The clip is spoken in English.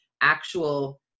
actual